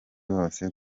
bose